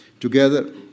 together